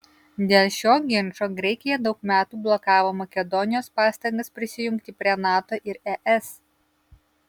dėl šio ginčo graikija daug metų blokavo makedonijos pastangas prisijungti prie nato ir es